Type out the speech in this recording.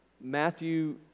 Matthew